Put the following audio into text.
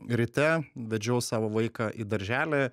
ryte vedžiau savo vaiką į darželį